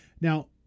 Now